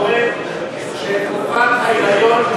גורם שתקופת ההיריון,